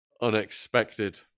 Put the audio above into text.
unexpected